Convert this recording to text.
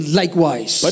likewise